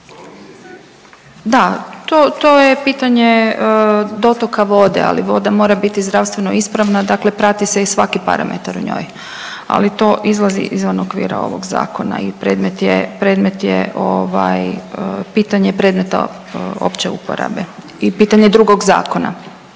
je, to je pitanje dotoka vode, ali voda mora biti zdravstveno ispravna, dakle prati se i svaki parametar u njoj, ali to izlazi izvan okvira ovog Zakona i predmet je, predmet je ovaj, pitanje predmeta opće uporabe i pitanje drugog zakona.